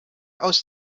aus